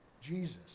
Jesus